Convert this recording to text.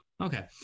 Okay